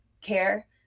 care